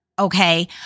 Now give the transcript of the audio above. Okay